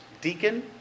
Deacon